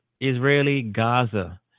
Israeli-Gaza